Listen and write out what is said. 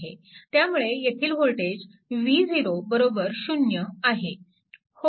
त्यामुळे येथील voltage v0 0